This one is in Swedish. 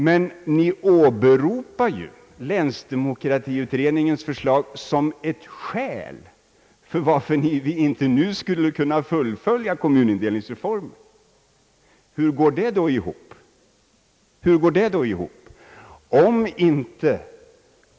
Men ni åberopar ju länsdemokratiutredningens förslag som ett skäl för att vi inte nu skulle fullfölja —- kommunindelningsreformen. Hur går det ihop?